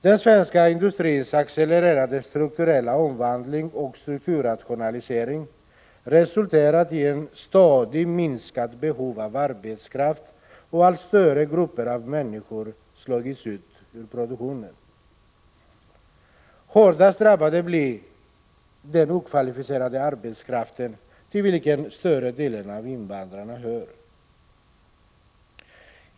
Den svenska industrins accelererande strukturella omvandling och strukturrationalisering har resulterat i ett ständigt minskat behov av arbetskraft och i att allt större grupper av människor slagits ut ur produktionen. Hårdast drabbad blir den okvalificerade arbetskraften, till vilken större delen av invandrarna hör.